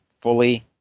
fully